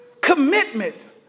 commitment